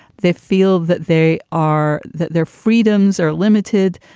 they feel that they are that their freedoms are limited,